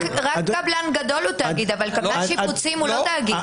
רק קבלן גדול הוא תאגיד אבל קבלן שיפוצים הוא לא תאגיד.